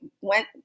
went